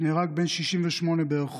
נהרג בן 68 ברחוב